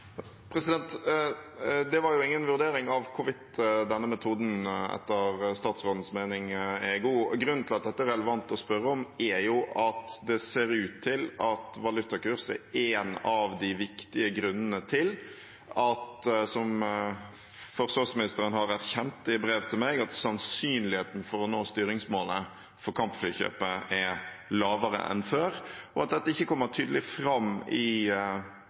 Det var jo ingen vurdering av hvorvidt denne metoden etter statsrådens mening er god. Grunnen til at dette er relevant å spørre om, er jo at det ser ut til at valutakurs er én av de viktige grunnene til – som forsvarsministeren har erkjent i brev til meg – at sannsynligheten for å nå styringsmålet for kampflykjøpet er lavere enn før, og at dette ikke kommer tydelig fram i